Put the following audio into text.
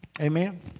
Amen